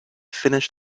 finished